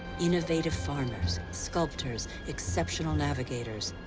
innovative farmers, sculptors, exceptional navigators,